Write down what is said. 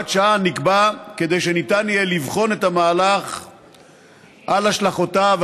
נקבע כהוראת שעה כדי שניתן יהיה לבחון את המהלך על השלכותיו,